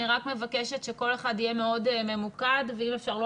אני מבקשת שכל אחד יהיה מאוד ממוקד ואם אפשר לא